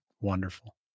Wonderful